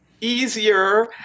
easier